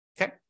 Okay